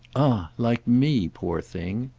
ah like me, poor thing?